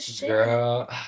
girl